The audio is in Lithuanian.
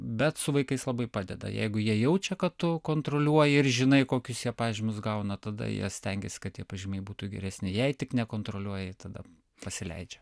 bet su vaikais labai padeda jeigu jie jaučia kad tu kontroliuoji ir žinai kokius jie pažymius gauna tada jie stengiasi kad tie pažymiai būtų geresni jei tik nekontroliuoji tada pasileidžia